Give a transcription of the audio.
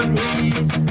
heat